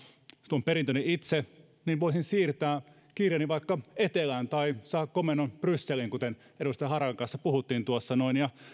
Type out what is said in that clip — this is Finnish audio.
tuon perintöni itse niin voisin siirtää kirjani vaikka etelään tai saada komennon brysseliin kuten edustaja harakan kanssa puhuttiin ja